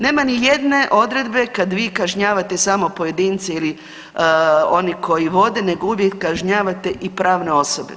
Nema ni jedne odredbe kad vi kažnjavate samo pojedinca ili oni koji vode nego uvijek kažnjavate i pravne osobe.